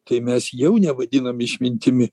tai mes jau nevadinam išmintimi